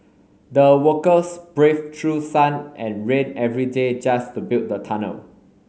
the workers braved through sun and rain every day just to build the tunnel